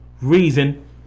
reason